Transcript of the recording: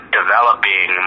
developing